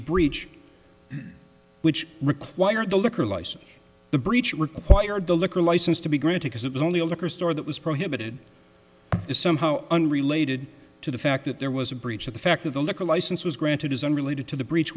breach which required the liquor license the breach required the liquor license to be granted as it was only a liquor store that was prohibited is somehow unrelated to the fact that there was a breach of the fact that the liquor license was granted is unrelated to the breach